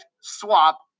Swap